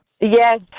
Yes